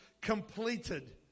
completed